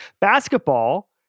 basketball